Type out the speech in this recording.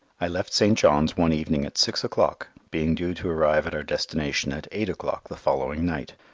i left st. john's one evening at six o'clock, being due to arrive at our destination at eight o'clock the following night.